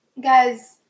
Guys